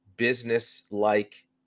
business-like